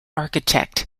architect